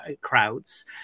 crowds